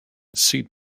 seed